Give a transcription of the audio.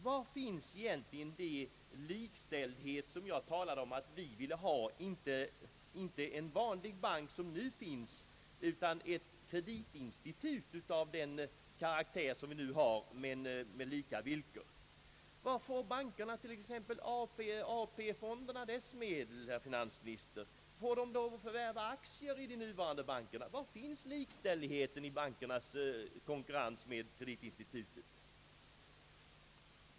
Var finns egentligen den likställdhet, som jag talade om att vi ville ha — alltså inte en bank av det slag som nu finns utan ett kreditinstitut av den karaktär som vi nu har men med lika villkor? Vad får bankerna t.ex. av AP-fonden och dess medel, herr finansminister? Får de förvärva aktier? Var finns likställigheten i bankernas konkurrens med kreditinstitutet?